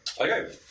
Okay